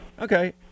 okay